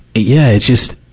yeah, it's just,